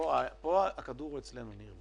פה הכדור הוא אצלנו, ניר.